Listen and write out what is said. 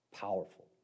Powerful